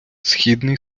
східний